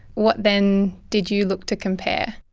what then did you look to compare?